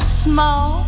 small